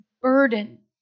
burden